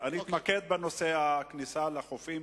אני אתמקד בנושא הכניסה לחופים.